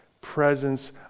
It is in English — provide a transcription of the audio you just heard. presence